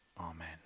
amen